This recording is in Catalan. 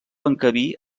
encabir